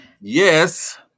yes